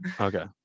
Okay